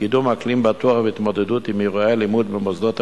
"קידום אקלים בטוח והתמודדות עם אירועי לימוד במוסדות החינוך",